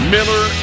Miller